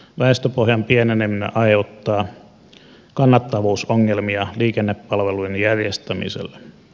väestöpohjan pieneneminen aiheuttaa kannattavuusongelmia liikennepalveluiden järjestämiselle